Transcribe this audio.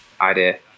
idea